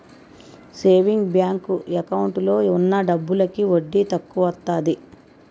saving bank account లో ఉన్న డబ్బులకి వడ్డీ తక్కువత్తాది